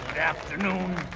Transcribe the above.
afternoon.